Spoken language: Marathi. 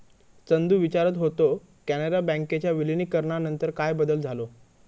चंदू विचारत होतो, कॅनरा बँकेच्या विलीनीकरणानंतर काय बदल झालो?